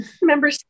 remember